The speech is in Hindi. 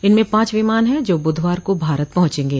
इसमें पांच विमान हैं जो बुधवार को भारत पहुंचेंगे